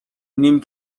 نیم